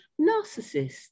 narcissist